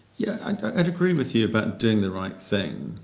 yeah and and agree with you about doing the right thing.